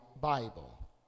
Bible